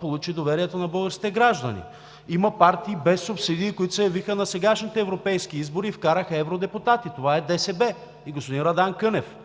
получи доверието на българските граждани. Има партии без субсидии, които се явиха на сегашните европейски избори и вкараха евродепутати – това е ДСБ, господин Радан Кънев.